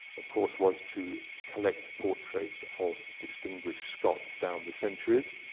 of course, was to collect portraits of distinguished scots down the centuries.